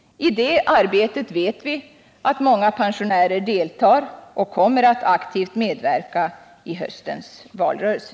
I det arbetet vet vi att många pensionärer deltar och aktivt kommer att medverka i höstens valrörelse.